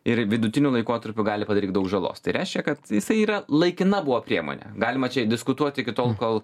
ir vidutiniu laikotarpiu gali padaryt daug žalos tai reiškia kad jisai yra laikina buvo priemonė galima čia diskutuoti iki tol kol